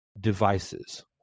devices